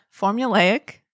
Formulaic